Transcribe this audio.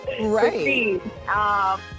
Right